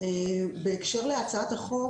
בהקשר להצעת החוק,